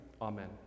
Amen